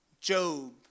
Job